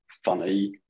Funny